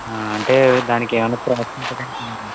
ఆ అంటే దానికి ఏమైనా ప్రాసెస్ ఉంటుందాండి